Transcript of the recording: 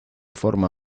forma